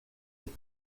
êtes